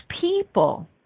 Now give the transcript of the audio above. people